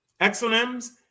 Exonyms